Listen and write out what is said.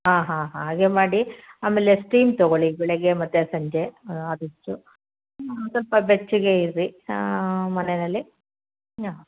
ಹಾಂ ಹಾಂ ಹಾಂ ಹಾಗೆ ಮಾಡಿ ಆಮೇಲೆ ಸ್ಟೀಮ್ ತಗೊಳಿ ಬೆಳಿಗ್ಗೆ ಮತ್ತು ಸಂಜೆ ಆದಷ್ಟು ಸ್ವಲ್ಪ ಬೆಚ್ಚಗೆ ಇರಿ ಮನೆಯಲ್ಲಿ ಹಾಂ